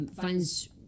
finds